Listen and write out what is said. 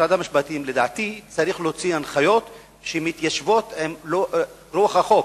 משרד המשפטים צריך להוציא הנחיות שמתיישבות עם רוח החוק,